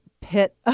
pit